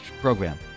program